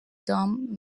domed